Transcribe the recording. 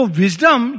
wisdom